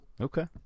Okay